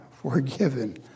forgiven